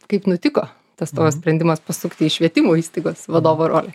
kaip nutiko tas tavo sprendimas pasukti į švietimo įstaigos vadovo rolę